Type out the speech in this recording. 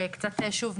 שקצת שוב,